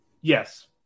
Yes